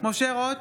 משה רוט,